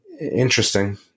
interesting